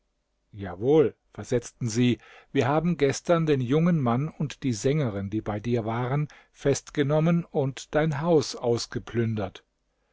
wohl versetzten sie wir haben gestern den jungen mann und die sängerin die bei dir waren festgenommen und dein haus ausgeplündert